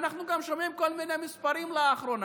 ואנחנו גם שומעים כל מיני מספרים לאחרונה,